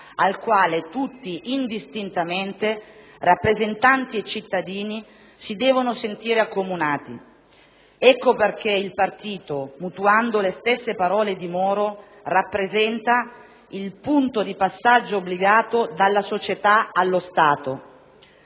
al quale tutti indistintamente, rappresentanti e cittadini, si devono sentire accomunati. Ecco perché il partito, mutuando le stesse parole di Moro, rappresenta il «punto di passaggio obbligato dalla società allo Stato»,